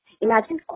Imagine